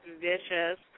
vicious